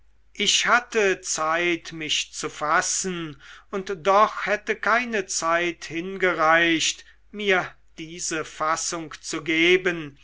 ich hatte zeit mich zu fassen und doch hätte keine zeit hingereicht mir diese fassung zu geben